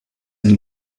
and